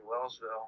Wellsville